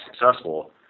successful